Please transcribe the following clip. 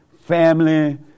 family